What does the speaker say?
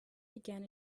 began